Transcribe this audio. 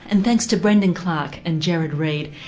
and thanks to brendon clarke and gerard reed,